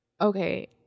Okay